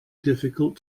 difficult